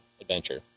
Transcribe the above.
adventure